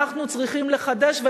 אנחנו צריכים לחדש,